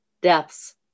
death's